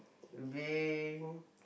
being